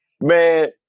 Man